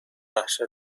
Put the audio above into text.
وحشت